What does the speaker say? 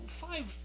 five